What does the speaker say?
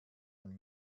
ein